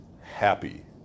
happy